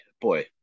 boy